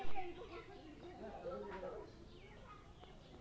Missed কলের মাধ্যমে কি একাউন্ট ব্যালেন্স চেক করা যায়?